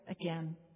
again